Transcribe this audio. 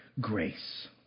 Grace